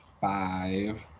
five